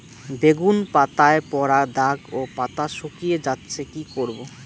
বেগুন পাতায় পড়া দাগ ও পাতা শুকিয়ে যাচ্ছে কি করব?